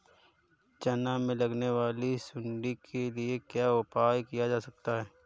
चना में लगने वाली सुंडी के लिए क्या उपाय किया जा सकता है?